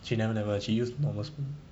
she never never she use normal spoon